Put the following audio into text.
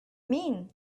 mean